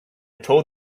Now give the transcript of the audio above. told